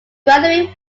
graduate